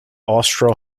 austro